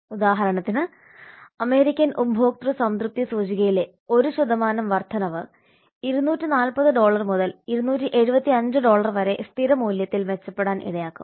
ഉദാഹരണത്തിന് അമേരിക്കൻ ഉപഭോക്തൃ സംതൃപ്തി സൂചികയിലെ 1 വർദ്ധനവ് 240 ഡോളർ മുതൽ 275 ഡോളർ വരെ സ്ഥിര മൂല്യത്തിൽ മെച്ചപ്പെടാൻ ഇടയാക്കും